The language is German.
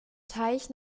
teich